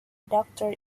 doctor